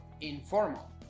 informal